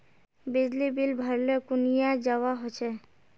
बिजली बिल भरले कुनियाँ जवा होचे?